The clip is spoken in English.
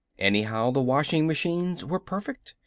anyhow the washing-machines were perfect.